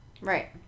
Right